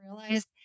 realize